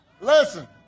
Listen